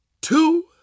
two